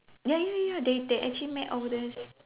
ya ya ya they they actually made all these